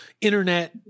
internet